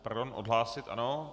Pardon odhlásit, ano.